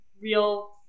real